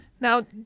Now